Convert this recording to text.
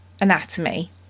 anatomy